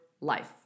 life